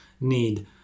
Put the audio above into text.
need